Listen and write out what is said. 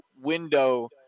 window